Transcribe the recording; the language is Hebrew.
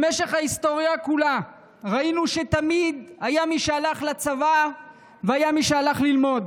במשך ההיסטוריה כולה ראינו שתמיד היה מי שהלך לצבא והיה מי שהלך ללמוד.